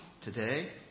Today